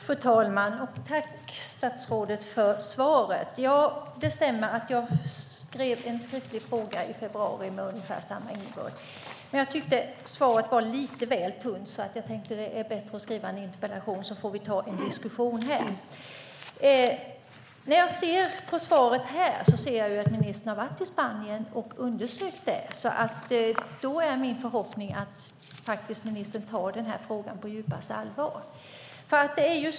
Fru talman! Tack, statsrådet, för svaret! Det stämmer att jag skrev en skriftlig fråga i februari med ungefär samma innebörd. Men jag tyckte att svaret var lite väl tunt, så jag tänkte skriva en interpellation, så att vi får diskutera här. I svaret ser jag att ministern har varit i Spanien och undersökt detta. Då är min förhoppning att ministern tar frågan på djupaste allvar.